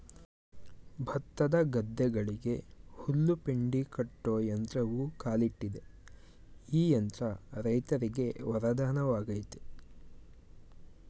ಭತ್ತದ ಗದ್ದೆಗಳಿಗೆ ಹುಲ್ಲು ಪೆಂಡಿ ಕಟ್ಟೋ ಯಂತ್ರವೂ ಕಾಲಿಟ್ಟಿದೆ ಈ ಯಂತ್ರ ರೈತರಿಗೆ ವರದಾನವಾಗಯ್ತೆ